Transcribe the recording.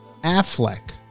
Affleck